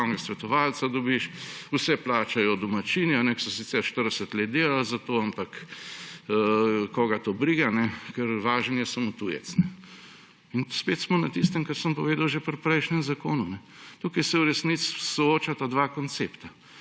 svetovalca dobiš, vse plačajo domačini, ki so sicer 40 let delali za to. Ampak koga to briga, ker važen je samo tujec; in spet smo na tistem, kar sem povedal že pri prejšnjem zakonu. Tukaj se v resnici soočata dva koncepta